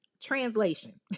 Translation